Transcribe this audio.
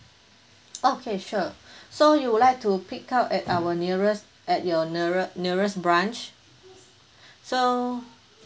okay sure so you would like to pick up at our nearest at your neare~ nearest branch so